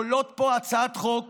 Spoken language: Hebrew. עולות פה הצעות חוק